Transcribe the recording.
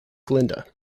glinda